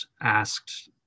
asked